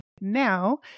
now